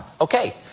Okay